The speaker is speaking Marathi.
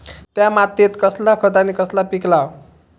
त्या मात्येत कसला खत आणि कसला पीक लाव?